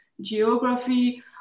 geography